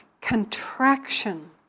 contraction